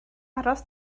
aros